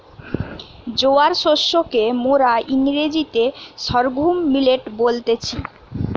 জোয়ার শস্যকে মোরা ইংরেজিতে সর্ঘুম মিলেট বলতেছি